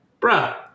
Bruh